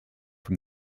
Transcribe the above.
from